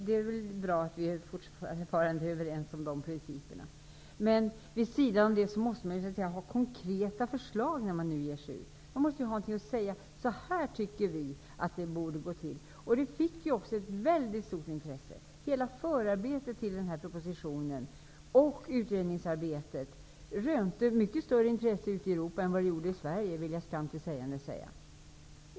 Det är bra att vi fortfarande är överens om dessa principer. Vid sidan om dem måste man emellertid komma med konkreta förslag. Man måste kunna säga på vilket sätt man anser att det skall gå till. Hela förarbetet till Socialdemokraternas proposition, med bl.a. utredningsarbete, rönte mycket större intresse ute i Europa än i Sverige -- skam till sägandes.